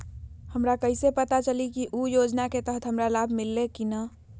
हमरा कैसे पता चली की उ योजना के तहत हमरा लाभ मिल्ले की न?